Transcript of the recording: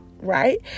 Right